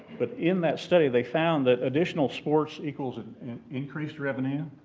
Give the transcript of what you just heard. but in that study they found that additional sports equals an increased revenue,